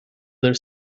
their